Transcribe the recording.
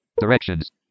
Directions